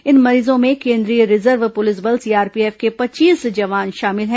इन मरीजों में केन्द्रीय रिजर्व पुलिस बल सीआरपीएफ के पच्चीस जवान शामिल हैं